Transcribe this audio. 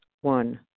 One